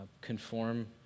conform